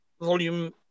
volume